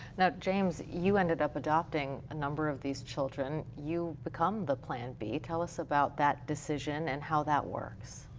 now, james, you ended up adopting a number of these children. you become the plan b. tell us about that decision and how that works.